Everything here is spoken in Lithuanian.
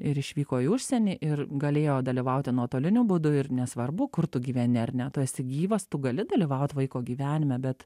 ir išvyko į užsienį ir galėjo dalyvauti nuotoliniu būdu ir nesvarbu kur tu gyveni ar ne tu esi gyvas tu gali dalyvaut vaiko gyvenime bet